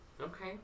Okay